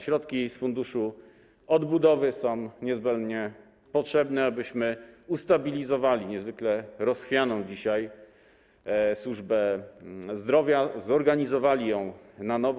Środki z funduszu odbudowy są niezbędne, potrzebne, abyśmy ustabilizowali niezwykle rozchwianą dzisiaj służbę zdrowia, zorganizowali ją na nowo.